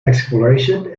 exploration